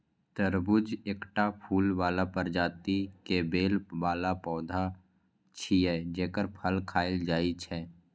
तरबूज एकटा फूल बला प्रजाति के बेल बला पौधा छियै, जेकर फल खायल जाइ छै